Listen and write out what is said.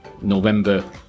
november